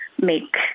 make